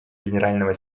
генерального